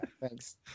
thanks